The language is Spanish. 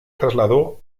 trasladó